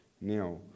Now